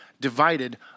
divided